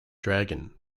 dragon